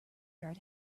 yard